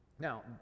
Now